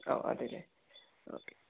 ഓ അതെയല്ലേ ഓക്കേ